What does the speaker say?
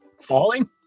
Falling